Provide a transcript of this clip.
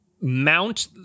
Mount